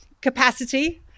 capacity